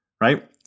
right